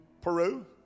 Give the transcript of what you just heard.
Peru